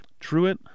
Truitt